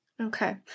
Okay